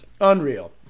Unreal